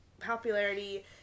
popularity